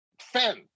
fan